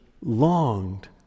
longed